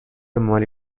مالی